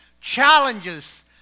challenges